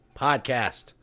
Podcast